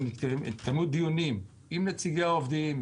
התקיימו דיונים עם נציגי העובדים,